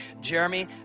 Jeremy